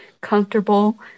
comfortable